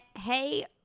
Hey